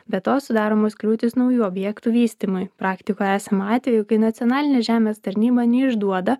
be to sudaromos kliūtys naujų objektų vystymui praktikoje esama atvejų kai nacionalinė žemės tarnyba neišduoda